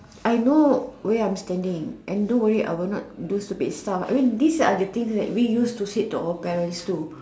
I know where I am standing and don't worry I will not do stupid stuff I mean these are the things that we used to said to our parents' too